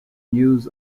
news